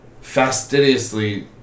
fastidiously